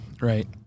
right